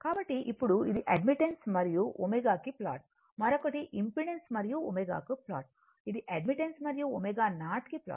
కాబట్టి ఇప్పుడు ఇది అడ్మిటెన్స్ మరియు ω కి ప్లాట్ మరొకటి ఇంపెడెన్స్ మరియు ω కి ప్లాట్ ఇది అడ్మిటెన్స్ మరియు ω0 కి ప్లాట్